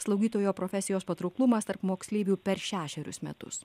slaugytojo profesijos patrauklumas tarp moksleivių per šešerius metus